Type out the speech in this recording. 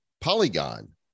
polygon